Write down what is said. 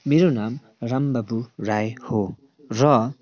मेरो नाम रामबाबु राई हो र